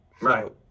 right